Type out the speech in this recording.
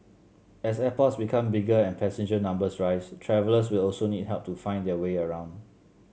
as airports become bigger and passenger numbers rise travellers will also need help to find their way around